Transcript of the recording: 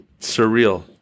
surreal